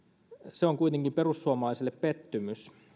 se on kuitenkin perussuomalaisille pettymys